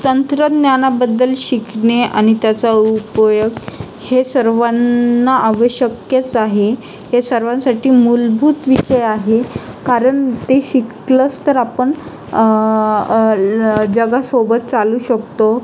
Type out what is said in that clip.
तंत्रज्ञानाबद्दल शिकणे आणि त्याचा उपयोग हे सर्वांना आवश्यकच आहे हे सर्वांसाठी मूलभूत विषय आहे कारण ते शिकलंच तर आपण अल् जगासोबत चालू शकतो